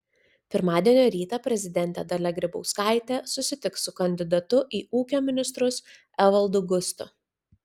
pirmadienio rytą prezidentė dalia grybauskaitė susitiks su kandidatu į ūkio ministrus evaldu gustu